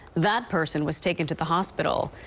that person was taken to the hospital.